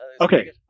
Okay